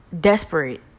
desperate